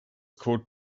called